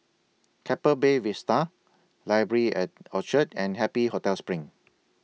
Keppel Bay Vista Library At Orchard and Happy Hotel SPRING